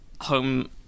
home